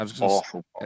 awful